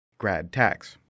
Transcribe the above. gradtax